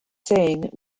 saying